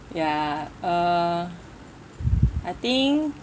ya uh I think